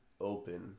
open